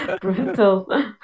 Brutal